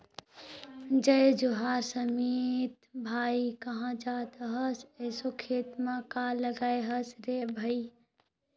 जय जोहार समीत भाई, काँहा जात अहस एसो खेत म काय लगाय हस रे भई?